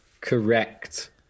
Correct